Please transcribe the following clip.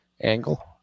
angle